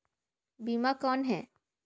बीमा कौन है?